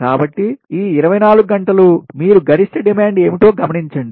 కాబట్టి ఈ 24 గంటలు మీరు గరిష్ట డిమాండ్ ఏమిటో గమనించండి